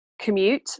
commute